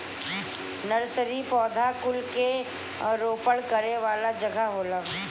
nursery पौधा कुल के रोपण करे वाला जगह होला